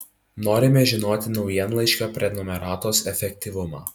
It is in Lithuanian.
norime žinoti naujienlaiškio prenumeratos efektyvumą